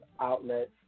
outlets